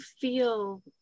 feel